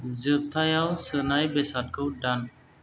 जोबथायाव सोनाय बेसादखौ दान